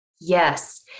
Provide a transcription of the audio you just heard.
Yes